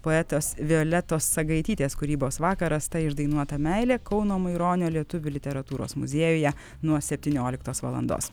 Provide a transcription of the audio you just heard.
poetės violetos sagaitytės kūrybos vakaras ta išdainuota meilė kauno maironio lietuvių literatūros muziejuje nuo septynioliktos valandos